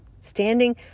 Standing